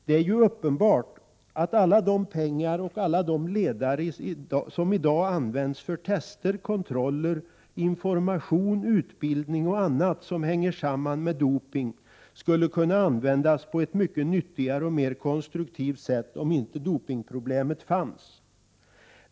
Det är ju uppenbart att alla pengar och ledare som i dag används tester, kontroller, information, utbildning och annat som hänger samman med dopning skulle kunna användas på ett mycket nyttigare och mer konstruktivt sätt om inte dopningproblemet fanns.